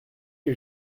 que